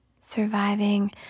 surviving